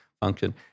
function